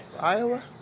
Iowa